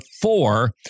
four